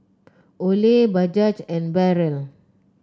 Olay Bajaj and Barrel